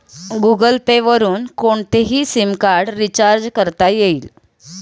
Google Pay वरुन कोणतेही SIM card recharge करता येईल